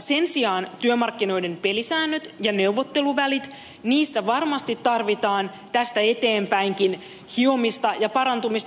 sen sijaan työmarkkinoiden pelisäännöt ja neuvotteluvälit niissä varmasti tarvitaan tästä eteenpäinkin hiomista ja parantumista